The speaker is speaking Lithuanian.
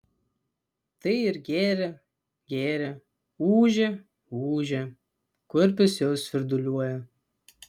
tai ir gėrė gėrė ūžė ūžė kurpius jau svirduliuoja